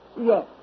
Yes